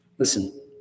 Listen